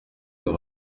veut